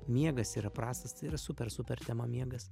miegas yra prastas tai yra super super tema miegas